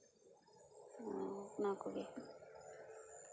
ᱚᱱᱟ ᱠᱚᱜᱮ